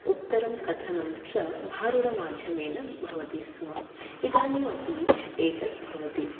उत्तरं कथनं च भारूडमाध्यमेन भवति स्म इदानीमपि एतद् भवति